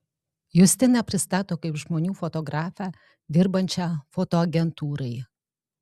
justiną pristato kaip žmonių fotografę dirbančią fotoagentūrai